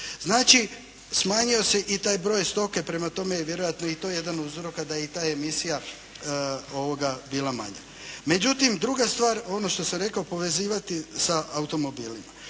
Znači smanjio se i taj broj stoke, prema tome vjerojatno je i to jedan od uzroka da je i ta emisija bila manja. Međutim druga stvar ono što sam rekao povezivati sa automobila.